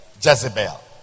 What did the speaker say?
Jezebel